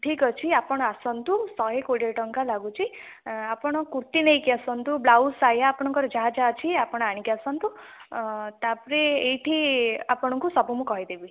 ଠିକ୍ ଅଛି ଆପଣ ଆସନ୍ତୁ ଶହେ କୋଡ଼ିଏ ଟଙ୍କା ଲାଗୁଛି ଆପଣ କୁର୍ତ୍ତୀ ନେଇକି ଆସନ୍ତୁ ବ୍ଲାଉଜ୍ ସାୟା ଆପଣଙ୍କର ଯାହା ଯାହା ଅଛି ଆପଣ ଆଣିକି ଆସନ୍ତୁ ତାପରେ ଏଇଠି ଆପଣଙ୍କୁ ସବୁ ମୁଁ କହିଦେବି